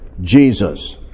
Jesus